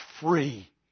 free